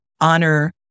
honor